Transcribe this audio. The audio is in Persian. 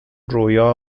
رویا